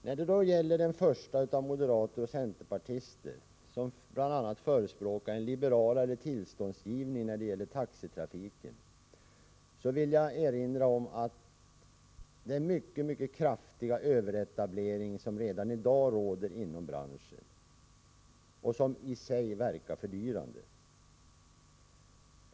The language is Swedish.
När det gäller den första reservationen, av moderater och centerpartister, som bl.a. förespråkar en liberalare tillståndsgivning i fråga om taxitrafiken, så vill jag erinra om den mycket kraftiga överetablering som redan i dag råder inom branschen och som i sig verkar fördyrande.